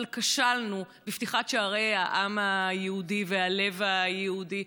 אבל כשלנו בפתיחת שערי העם היהודי והלב היהודי.